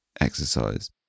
exercise